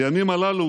בימים הללו